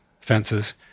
fences